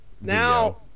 Now